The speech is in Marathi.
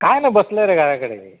काय ना बसले रे घराकडे